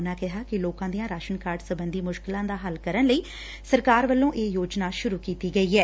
ਉਨੂਾ ਕਿਹਾ ਕਿ ਲੋਕਾ ਦੀਆਂ ਰਾਸ਼ਨ ਕਾਰਡ ਸਬੰਧੀ ਮੁਸ਼ਕਿਲਾ ਦਾ ਹੱਲ ਕਰਨ ਲਈ ਸਰਕਾਰ ਵੱਲਾ ਇਹ ਯੋਜਨਾ ਸੁਰੂ ਕੀਤੀ ਗਈ ਏ